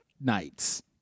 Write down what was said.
nights